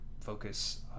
focus